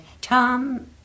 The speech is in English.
Tom